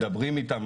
מדברים איתם,